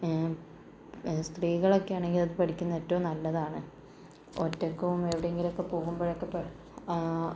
സ്ത്രീകളൊക്കെയാണെങ്കിൽ അത് പഠിക്കുന്നത് ഏറ്റവും നല്ലതാണ് ഒറ്റയ്ക്കും എവിടെങ്കിലുവൊക്കെ പോകുമ്പോഴൊക്കെ